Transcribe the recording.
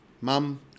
mum